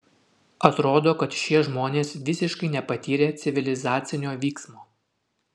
atrodo kad šie žmonės visiškai nepatyrę civilizacinio vyksmo